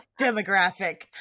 demographic